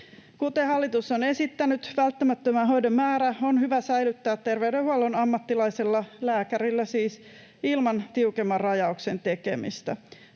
Kuten hallitus on esittänyt, välttämättömän hoidon määrittäminen on hyvä säilyttää terveydenhuollon ammattilaisella, lääkärillä siis, ilman tiukemman rajauksen tekemistä.